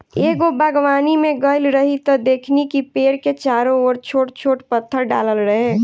एगो बागवानी में गइल रही त देखनी कि पेड़ के चारो ओर छोट छोट पत्थर डालल रहे